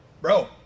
bro